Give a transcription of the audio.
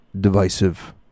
divisive